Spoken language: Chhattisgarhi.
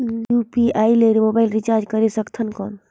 यू.पी.आई ले मोबाइल रिचार्ज करे सकथन कौन?